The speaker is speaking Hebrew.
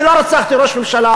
אני לא רצחתי ראש ממשלה.